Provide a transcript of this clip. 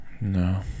No